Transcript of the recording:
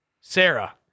Sarah